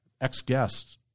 ex-guests